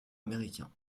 américains